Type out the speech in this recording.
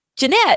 Jeanette